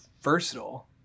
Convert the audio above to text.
versatile